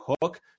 hook